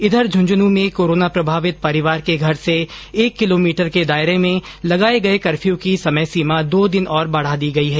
इधर झंझन् में कोरोना प्रभावित परिवार के घर से एक किलोमीटर के दायरे में लगाये गये कर्फ्यू की समय सीमा दो दिन और बढा दी गई है